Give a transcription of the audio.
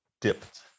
dipped